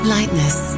Lightness